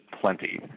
plenty